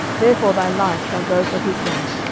therefore thy life shall go for his life,